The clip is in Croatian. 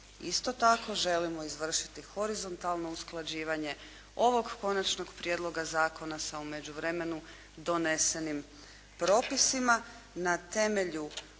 Isto tako, želimo izvršiti horizontalno usklađivanje ovog konačnog prijedloga zakona sa u međuvremenu donesenim propisima na temelju